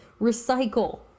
Recycle